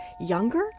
younger